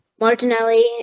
Martinelli